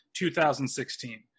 2016